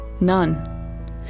None